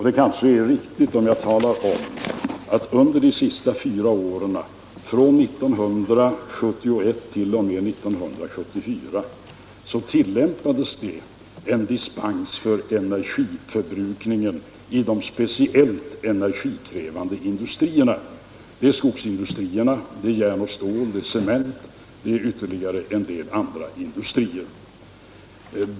Det kanske är riktigt om jag här talar om att under de senaste fyra åren, från 1971 t.o.m. 1974, tillämpades en dispens beträffande energiförbrukningen vid de speciellt energikrävande industrierna. Det är skogsindustrierna, det är järn-, ståloch cementindustrierna och det är ytterligare en del andra industrier.